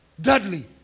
Dudley